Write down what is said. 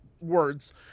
Words